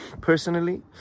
personally